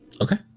Okay